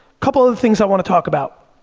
couple of the things i wanna talk about.